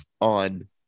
on